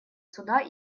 суда